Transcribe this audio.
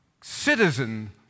Citizen